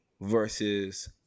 versus